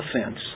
offense